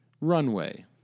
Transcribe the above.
Runway